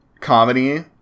comedy